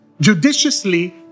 judiciously